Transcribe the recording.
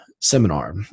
seminar